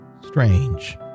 strange